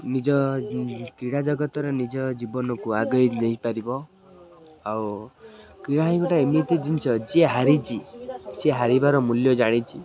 ନିଜ କ୍ରୀଡ଼ା ଜଗତରେ ନିଜ ଜୀବନକୁ ଆଗେଇ ନେଇପାରିବ ଆଉ କ୍ରୀଡ଼ା ହିଁ ଗୋଟେ ଏମିତି ଜିନିଷ ଯିଏ ହାରିଛି ସିଏ ହାରିବାର ମୂଲ୍ୟ ଜାଣିଛି